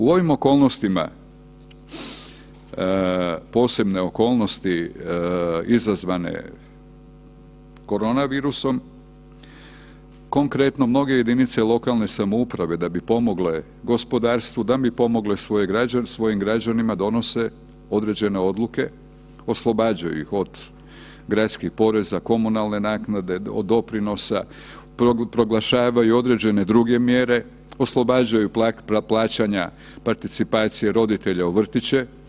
U ovim okolnostima, posebne okolnosti izazvane koronavirusom, konkretno mnoge jedinice lokalne samouprave, da bi pomogle gospodarstvu, da bi pomogle svojim građanima, donose određene odluke, oslobađaju ih od gradskih poreza, komunalne naknade, od doprinosa, proglašavaju određene druge mjere, oslobađaju plaćanja participacije roditelja u vrtiće.